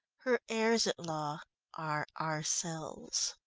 her heirs-at-law are ourselves.